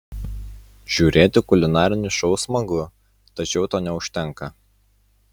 žiūrėti kulinarinius šou smagu tačiau to neužtenka